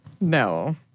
No